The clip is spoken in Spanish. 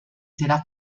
será